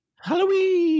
Halloween